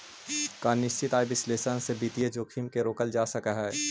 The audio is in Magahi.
का निश्चित आय विश्लेषण से वित्तीय जोखिम के रोकल जा सकऽ हइ?